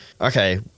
okay